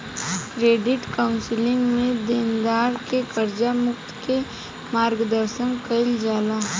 credit counselling में देनदार के कर्ज मुक्त के मार्गदर्शन कईल जाला